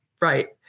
right